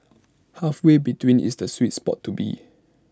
halfway between is the sweet spot to be